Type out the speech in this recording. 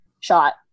shot